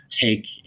take